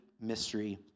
mystery